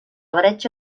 bretxa